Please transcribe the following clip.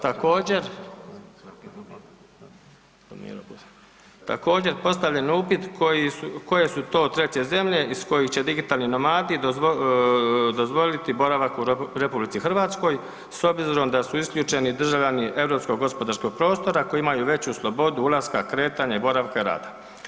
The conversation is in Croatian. Također postavljen je upit koje su to treće zemlje iz kojih će digitalni nomadi dozvoliti boravak u RH s obzirom da su isključeni državljani Europskog gospodarskog prostora koji imaju veću slobodu ulaska, kretanja i boravka rada.